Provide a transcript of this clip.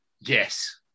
yes